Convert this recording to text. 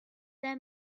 their